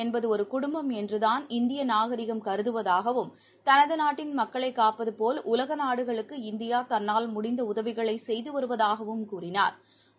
என்பதுஒருகுடும்பம் என்றுதான் இந்தியநாகரிகம் கருதுவதாகவும் தனதுநாட்டின் உலகம் மக்களைகாப்பதுபோல் உலகநாடுகளுக்கு இந்தியாதன்னால் முடிந்தஉதவிகளைசெய்துவருவதாகவும் கூறினாா்